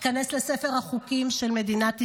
ייכנס לספר החוקים של מדינת ישראל.